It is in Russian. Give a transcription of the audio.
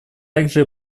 также